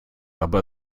aber